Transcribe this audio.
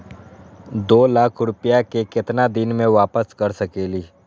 दो लाख रुपया के केतना दिन में वापस कर सकेली?